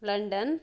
London